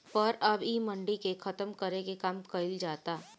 पर अब इ मंडी के खतम करे के काम कइल जाता